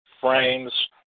frames